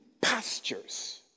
pastures